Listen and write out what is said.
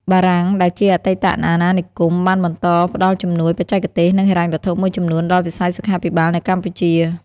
បារាំងដែលជាអតីតអាណានិគម បានបន្តផ្តល់ជំនួយបច្ចេកទេស និងហិរញ្ញវត្ថុមួយចំនួនដល់វិស័យសុខាភិបាលនៅកម្ពុជា។